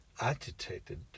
agitated